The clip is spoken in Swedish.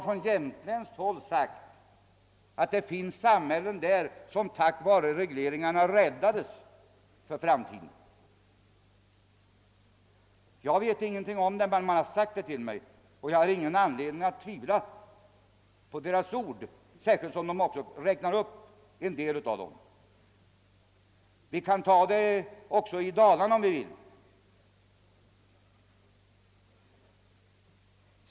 Från jämtländskt håll har man sagt mig att det finns samhällen där som räddats åt framtiden tack vare regleringarna. Jag vet ingenting om detta; man har sagt det till mig, och jag har ingen anledning att tvivla på sagesmännens ord, särskilt som de räknat upp en del orter. Vi kan också se på Dalarna om ni vill.